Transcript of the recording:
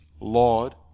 Lord